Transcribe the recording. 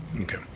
Okay